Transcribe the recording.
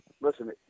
listen